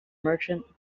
merchant